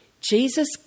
Jesus